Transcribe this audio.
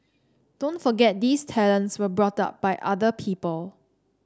don't forget these talents were brought up by other people